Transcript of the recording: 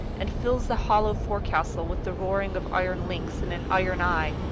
and fills the hollow forecastle with the roaring of iron links in an iron eye,